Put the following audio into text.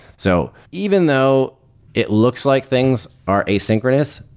so even though it looks like things are asynchronous,